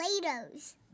Play-Dohs